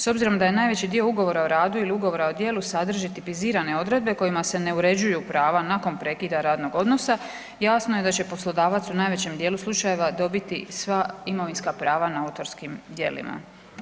S obzirom da je najveći dio ugovora o radu ili ugovora o djelu sadrži tipizirane odredbe kojima se ne uređuju prava nakon prekida radnog odnosa jasno je da će poslodavac u najvećem dijelu slučajeva dobiti sva imovinska prava na autorskim djelima.